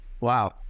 wow